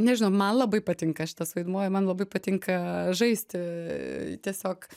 nežinau man labai patinka šitas vaidmuo man labai patinka žaisti tiesiog